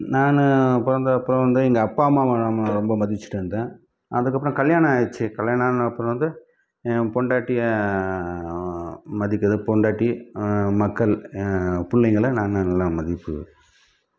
நான் பிறந்தப்ப வந்து எங்கள் அப்பா அம்மாவை நான் ரொம்ப மதிச்சுட்டு இருந்தேன் அதுக்கப்புறோம் கல்யாணம் ஆயிடுச்சு கல்யாணம் ஆனப்புறோம் வந்து ஏன் பொண்டாட்டியை மதிக்கிறது பொண்டாட்டி மக்கள் ஏன் பிள்ளைங்கள நான் எல்லாம் மதிப்பு